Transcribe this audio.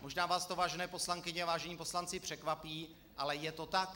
Možná vás to, vážené poslankyně, vážení poslanci, překvapí, ale je to tak.